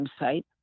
website